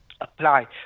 apply